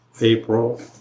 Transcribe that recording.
April